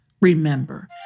Remember